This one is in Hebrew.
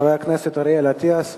חבר הכנסת אריאל אטיאס,